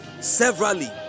severally